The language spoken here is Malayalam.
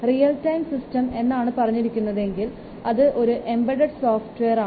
റിയൽ ടൈം സിസ്റ്റം എന്നാണ് പറഞ്ഞിരിക്കുന്നത് എങ്കിൽ അത് ഒരു എംബഡ് സോഫ്റ്റ്വെയറാണ്